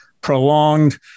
prolonged